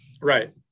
right